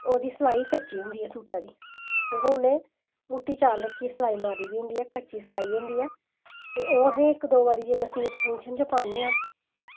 ओह्दी सलाई कच्ची होंदी ऐ सूटा दी ओह् उ'नें मुट्टी चाल रक्खियै सलाई मारी दी होंदी ऐ कच्ची सलाई होंदी ऐ ते ओह् असें इक दो बारी जिसलै सूट फंक्शन च पान्ने आं